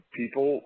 people